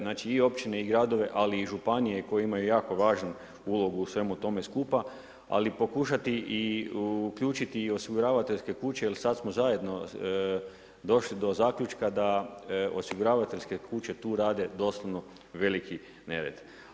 Znači i općine i gradove, ali i županije koje imaju jako važnu ulogu u svemu tome skupa, ali pokušati i uključiti i osiguravateljske kuće jer sad smo zajedno došli do zaključka da osiguravateljske kuće tu rade doslovno veliki nered.